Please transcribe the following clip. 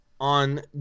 On